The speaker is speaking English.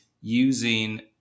using